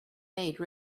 made